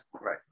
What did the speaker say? right